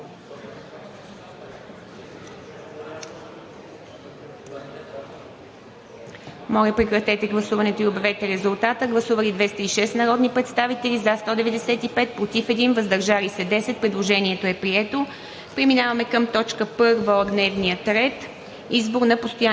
Моля, прекратете гласуването и обявете резултата. Гласували 194 народни представители: за 192, против няма, въздържали се 2. Предложението е прието. Преминаваме към Проект на решение